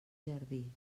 jardí